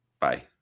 Bye